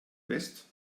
west